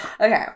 Okay